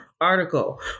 article